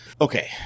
Okay